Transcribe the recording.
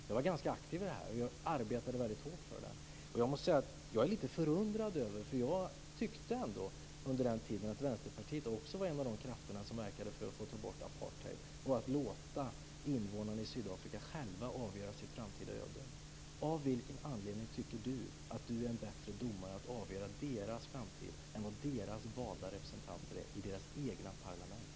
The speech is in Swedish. Jag var ganska aktiv i det här, och jag arbetade hårt för det. Jag tyckte att också Vänsterpartiet under den tiden var en av de krafter som verkade för att få bort apartheid och att låta invånarna i Sydafrika själva avgöra sitt framtida öde. Av vilken anledning tycker Lars Ohly att han är en bättre domare att avgöra deras framtid än vad deras valda representanter är i sitt eget parlament?